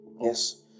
Yes